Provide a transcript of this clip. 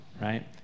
right